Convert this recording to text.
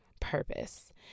purpose